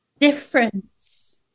difference